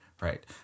right